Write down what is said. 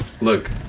Look